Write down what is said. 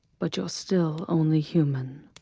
but you're still only human,